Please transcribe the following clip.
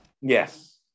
Yes